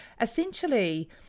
essentially